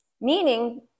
meaning